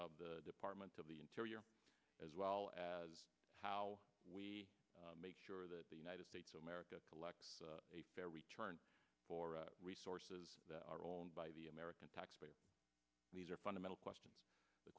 the department of the interior as well as how we make sure that the united states of america collect a fair return for resources that are owned by the american taxpayer these are fundamental question the